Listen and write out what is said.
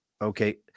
Okay